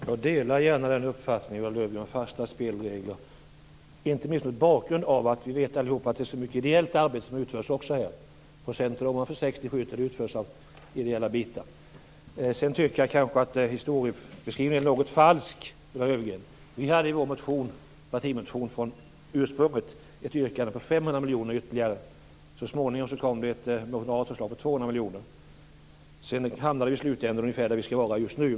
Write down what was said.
Fru talman! Jag delar gärna uppfattningen, Ulla Löfgren, att vi skall ha fasta spelregler. Inte minst mot bakgrund av att vi allihop vet att det också utförs mycket ideellt arbete. Sedan tycker jag kanske att historieskrivningen är något falsk, Ulla Löfgren. Vi hade i vår partimotion ursprungligen ett yrkande på ytterligare 500 miljoner. Så småningom kom ett moderat förslag om 200 miljoner. Sedan hamnade vi i slutänden ungefär där vi skall vara just nu.